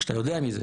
כשאתה יודע מי זה.